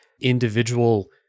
individual